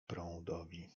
prądowi